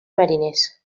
mariners